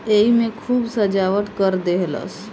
एईमे खूब सजावट कर देहलस